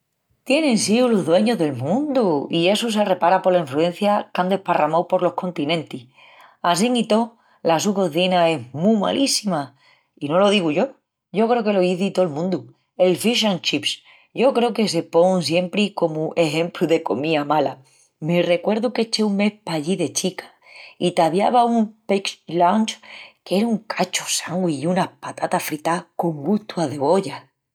Tienin síu los dueñus del mundu i essu se repara pola enfruencia qu’án desparramau por tolos continentis. Assín i tó, la su cozina es mu malíssima. I no lo digu yo. Yo creu que lo izi tol mundu. El 'fish&chips' yo creu que se pon siempri comu exempru de comía mala. Me recuerdu qu'eché un mes pallí de chica i t'aviavan un 'packed lunch' qu'era un cachu sandwich i unas patatas fritás con gustu a cebolla.